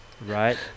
right